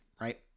right